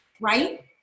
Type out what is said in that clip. right